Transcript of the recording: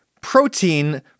Protein